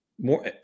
More